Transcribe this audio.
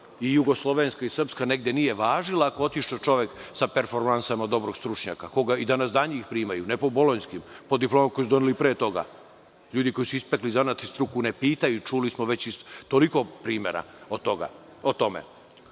i jugoslovenska i srpska negde nije važila ako je otišao čovek sa performansama dobrog stručnjaka koga i danas dan primaju, ne po bolonjskim, po diplomama koje su doneli pre toga. Ljudi koji su ispekli zanat i struku ne pitaju, čuli smo već iz toliko primera o tome. Šta